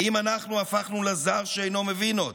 האם אנחנו הפכנו לזר שאינו מבין עוד?